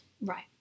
Right